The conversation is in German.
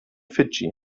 fidschi